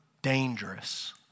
dangerous